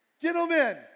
Gentlemen